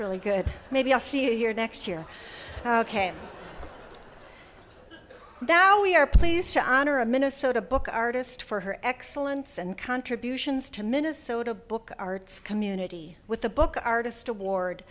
really good maybe i'll see here next year ok now we are pleased to honor a minnesota book artist for her excellence and contributions to minnesota book arts community with the book artist award